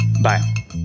Bye